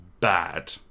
bad